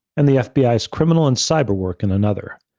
and the fbi's criminal and cyber work in another.